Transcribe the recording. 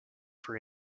for